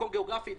מקום גאוגרפי,